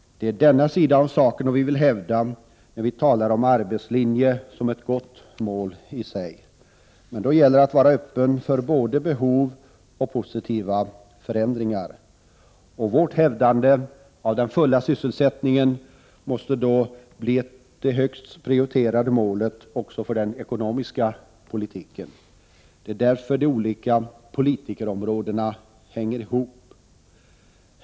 Det är denna sida av saken vi vill hävda när vi talar om arbetslinjen som ett gott mål i sig. Men då gäller det att vara öppen för både behov och positiva förändringar. Vårt hävdande av den fulla sysselsättningen måste vara det högst prioriterade målet också för den ekonomiska politiken. Det är därför de olika politikerområdena hänger ihop.